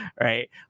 right